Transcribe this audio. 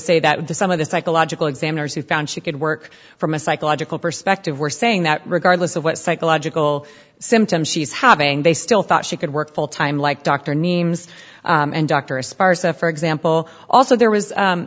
say that some of the psychological examiners who found she could work from a psychological perspective were saying that regardless of what psychological symptoms she's having they still thought she could work full time like dr nemes and dr aspira said for example also there was